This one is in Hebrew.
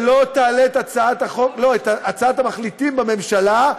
ולא תעלה את הצעת המחליטים בממשלה,